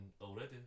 already